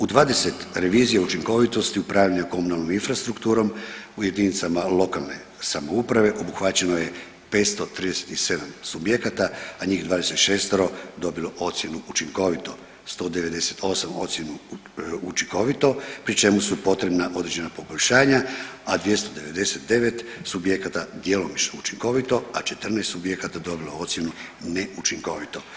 U 20 revizija učinkovitosti upravljanja komunalnom infrastrukturom u jedinicama lokalne samouprave obuhvaćeno je 537 subjekata, a njih 26 dobilo ocjenu učinkovito 198, ocjenu učinkovito pri čemu su potrebna određena poboljšanja, a 299 subjekata djelomično učinkovito, a 14 subjekata dobilo ocjenu neučinkovito.